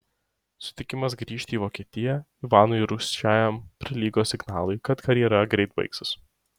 sutikimas grįžti į vokietiją ivanui rūsčiajam prilygo signalui kad karjera greit baigsis